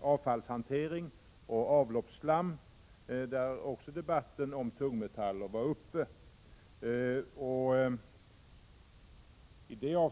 avfallshantering och avloppsslam, varvid också frågan om tungmetaller var uppe till debatt.